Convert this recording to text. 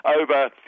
over